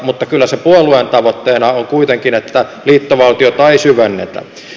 mutta kyllä se puolueen tavoitteena on kuitenkin että liittovaltiota ei syvennetä